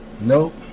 Nope